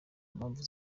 mpamvu